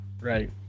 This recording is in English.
Right